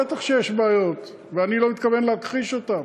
בטח שיש בעיות, ואני לא מתכוון להכחיש אותן.